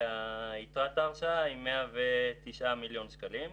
ויתרת ההרשאה היא 109 מיליון שקלים.